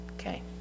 Okay